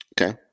Okay